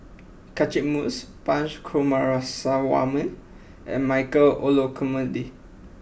Catchick Moses Punch Coomaraswamy and Michael Olcomendy